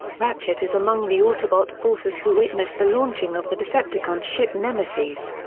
ratchet is among the autobot forces who witness the launching of the decepticon ship nemesis.